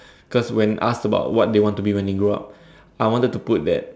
cause when asked about what they want to be when they grow up I wanted to put that